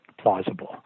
plausible